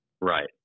Right